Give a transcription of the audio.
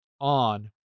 on